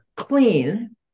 clean